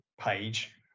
page